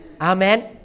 Amen